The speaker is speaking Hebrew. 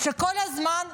שכל הזמן אומר: